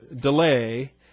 delay